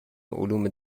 علوم